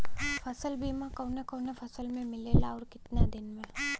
फ़सल बीमा कवने कवने फसल में मिलेला अउर कितना दिन में?